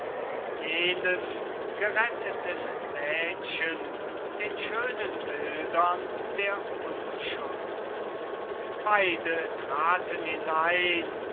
jenen geretteten mädchen den schönen bildern der unschuld beide traten hinein